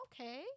okay